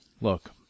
look